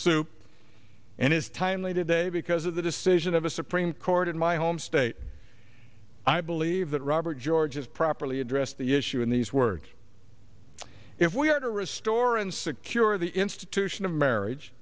soup and is timely today because of the decision of a supreme court in my home state i believe that robert george is properly addressed the issue in these words if we are to restore and secure the institution of marriage